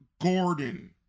Gordon